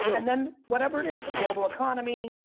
and then whatever it is, the global economy,